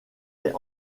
est